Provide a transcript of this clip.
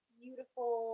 beautiful